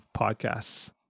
podcasts